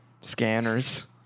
Scanners